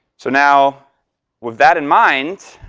so now with that in mind,